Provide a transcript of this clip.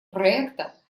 проекта